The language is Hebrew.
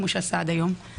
כפי שעשה עד היום .